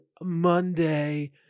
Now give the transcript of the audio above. Monday